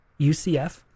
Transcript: UCF